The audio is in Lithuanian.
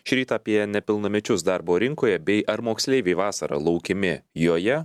šį rytą apie nepilnamečius darbo rinkoje bei ar moksleiviai vasarą laukiami joje